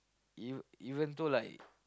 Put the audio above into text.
you even though like